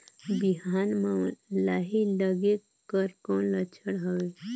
बिहान म लाही लगेक कर कौन लक्षण हवे?